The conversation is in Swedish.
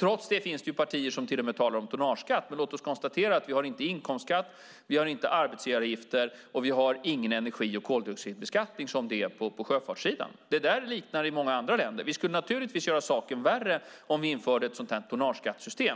Trots det finns det partier som till och med talar om tonnageskatt. Men låt oss konstatera att vi inte har inkomstskatt, vi har inte arbetsgivaravgifter och vi har ingen energi och koldioxidbeskattning på sjöfartssidan. Det där liknar många andra länder. Vi skulle naturligtvis göra saken värre om vi införde ett tonnageskattesystem.